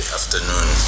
afternoon